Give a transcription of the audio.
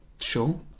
Sure